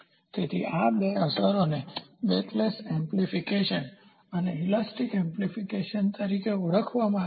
તેથી આ બે અસરોને બેકલેશ એમ્પ્લીફિકેશન અને ઈલાસ્ટિક એમ્પ્લીફિકેશન તરીકે ઓળખવામાં આવે છે